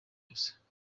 gusa